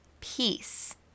peace